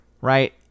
right